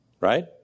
right